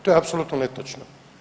To je apsolutno netočno.